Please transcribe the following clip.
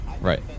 Right